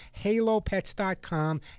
halopets.com